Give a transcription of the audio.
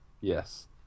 yes